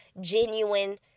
genuine